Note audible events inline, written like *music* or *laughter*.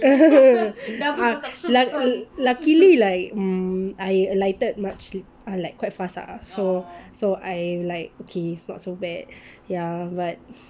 *laughs* ah luck luckily like mm I alighted much like err quite fast lah so so I I like okay it's not so bad ya but like